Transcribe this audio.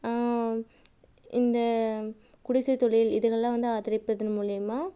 இந்த குடிசை தொழில் இதுலல்லாம் வந்து ஆதரிப்பதன் மூலியமாக